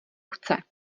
chce